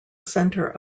center